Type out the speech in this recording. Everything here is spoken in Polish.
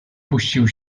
puścił